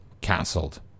cancelled